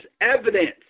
evidence